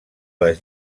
les